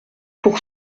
pour